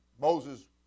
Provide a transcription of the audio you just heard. Moses